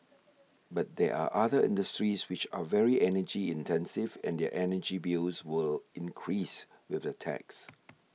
but there are other industries which are very energy intensive and their energy bills would increase with the tax